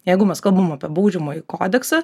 jeigu mes kalbam apie baudžiamąjį kodeksą